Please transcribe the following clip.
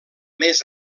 més